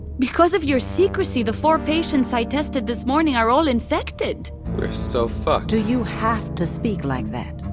because of your secrecy, the four patients i tested this morning are all infected we're so fucked do you have to speak like that?